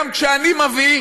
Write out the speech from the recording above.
גם זה שאני מביא,